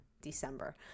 December